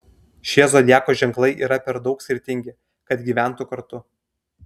šie zodiako ženklai yra per daug skirtingi kad gyventų kartu